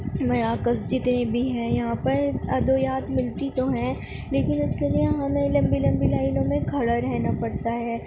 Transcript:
مراکز جتنے بھی ہیں یہاں پر ادویات ملتی تو ہیں لیکن اس کے لیے ہمیں لمبی لمبی لائنوں میں کھڑا رہنا پڑتا ہے